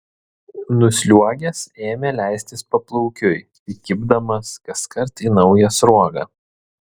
nusliuogęs ėmė leistis paplaukiui įkibdamas kaskart į naują sruogą